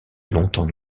longtemps